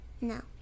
No